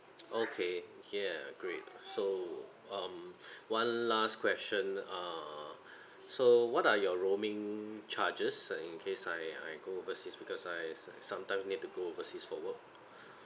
okay ya great so um one last question err so what are your roaming charges uh in case I I go overseas because I s~ sometime need to go overseas for work